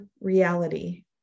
reality